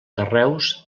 carreus